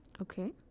Okay